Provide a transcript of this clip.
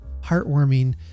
heartwarming